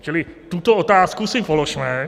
Čili tuto otázku si položme.